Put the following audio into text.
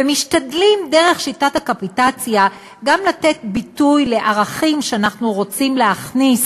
ומשתדלים דרך שיטת הקפיטציה גם לתת ביטוי לערכים שאנחנו רוצים להכניס,